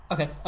Okay